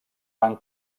van